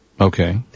Okay